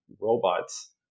robots